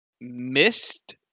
missed